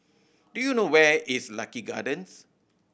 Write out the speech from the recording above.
do you know where is Lucky Gardens